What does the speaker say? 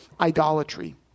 idolatry